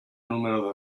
número